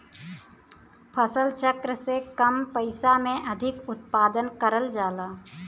फसल चक्र से कम पइसा में अधिक उत्पादन करल जाला